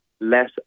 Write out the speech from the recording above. less